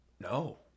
no